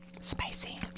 Spicy